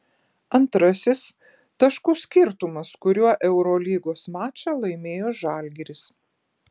antrasis taškų skirtumas kuriuo eurolygos mačą laimėjo žalgiris